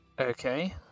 Okay